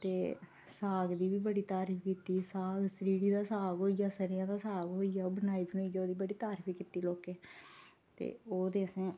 ते साग दी बी बड़ी तारीफ कीती ते साग सरीढ़ी दा साग होइया स'रेआं दा साग होइया ते ओह् बनाइयै बड़ी तारीफ कीती लोकें ते ओह् ते असें